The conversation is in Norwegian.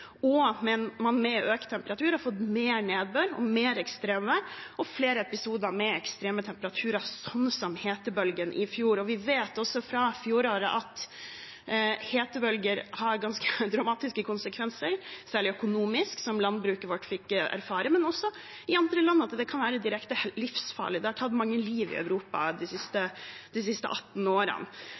og at man med økt temperatur har fått mer nedbør, mer ekstremvær og flere episoder med ekstreme temperaturer, sånn som hetebølgen i fjor. Vi vet også fra fjoråret at hetebølger har ganske dramatiske konsekvenser, særlig økonomisk, som landbruket vårt fikk erfare, men også at det i andre land kan være direkte livsfarlig. Det har tatt mange liv i Europa de siste 18 årene.